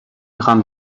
میخام